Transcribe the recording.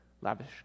lavish